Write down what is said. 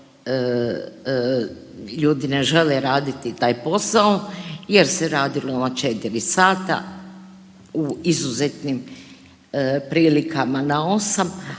ljudi ne žele raditi taj posao jer se radilo 4 sata, u izuzetnim prilikama na 8,